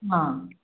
अँ